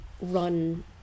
run